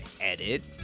edit